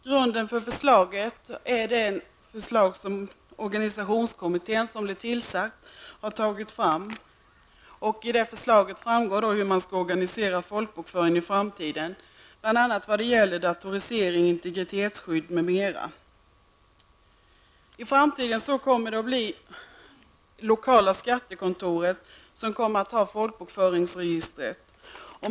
Grunden för förslaget är det förslag som den organisationskommitté som blev tillsatt har lagt fram. Av förslaget framgår hur man skall organisera folkbokföringen i framtiden när det gäller datorisering, integritetsskydd, m.m. I framtiden kommer det att bli det lokala skattekontoret som kommer att ha ansvaret för folkbokföringsregistret.